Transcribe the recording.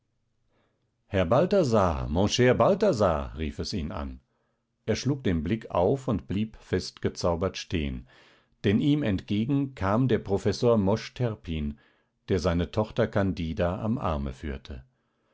herr balthasar mon cher balthasar rief es ihn an er schlug den blick auf und blieb festgezaubert stehen denn ihm entgegen kam der professor mosch terpin der seine tochter candida am arme führte